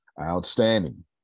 Outstanding